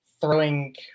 throwing